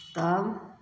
तब